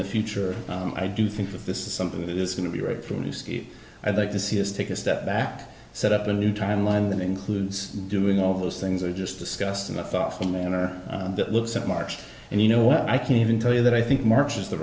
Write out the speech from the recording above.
the future i do think that this is something that is going to be right through new skete i'd like to see us take a step back set up a new timeline that includes doing all those things are just discussed in the thoughtful manner that looks at march and you know what i can even tell you that i think march is the